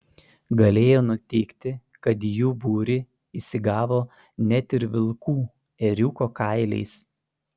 galėjo nutikti kad į jų būrį įsigavo net ir vilkų ėriuko kailiais